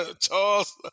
Charles